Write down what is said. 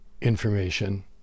information